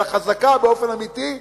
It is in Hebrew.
אלא חזקה באופן אמיתי,